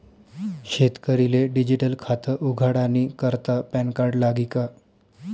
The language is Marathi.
शेतकरीले डिजीटल खातं उघाडानी करता पॅनकार्ड लागी का?